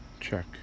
check